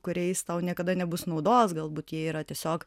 kuriais tau niekada nebus naudos galbūt jie yra tiesiog